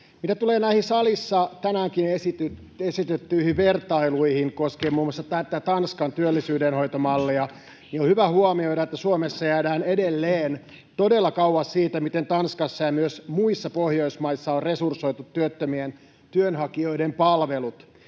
Mitä tulee näihin salissa tänäänkin esitettyihin vertailuihin koskien muun muassa Tanskan työllisyydenhoitomallia, on hyvä huomioida, että Suomessa jäädään edelleen todella kauas siitä, miten Tanskassa ja myös muissa Pohjoismaissa on resursoitu työttömien työnhakijoiden palvelut.